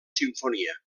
simfonia